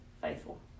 faithful